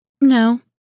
No